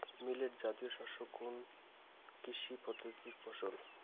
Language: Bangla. মিলেট জাতীয় শস্য কোন কৃষি পদ্ধতির ফসল?